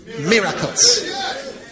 miracles